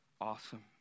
awesome